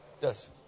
Yes